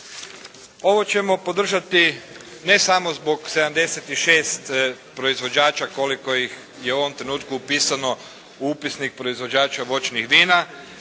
Ovo ćemo podržati ne samo zbog 76 proizvođača koliko ih je u ovom trenutku upisano u upisnik proizvođača voćnih vina,